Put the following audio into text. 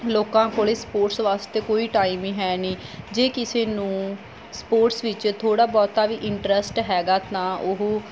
ਲੋਕਾਂ ਕੋਲ ਸਪੋਰਟਸ ਵਾਸਤੇ ਕੋਈ ਟਾਈਮ ਹੀ ਹੈ ਨਹੀਂ ਜੇ ਕਿਸੇ ਨੂੰ ਸਪੋਰਟਸ ਵਿੱਚ ਥੋੜ੍ਹਾ ਬਹੁਤਾ ਵੀ ਇੰਟਰਸਟ ਹੈਗਾ ਤਾਂ ਉਹ